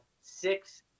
six